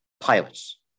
pilots